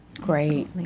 Great